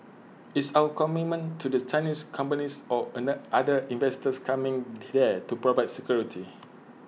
it's our commitment to the Chinese companies or other investors coming there to provide security